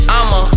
I'ma